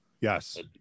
Yes